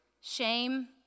shame